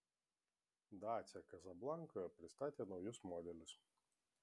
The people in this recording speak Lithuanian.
dacia kasablankoje pristatė naujus modelius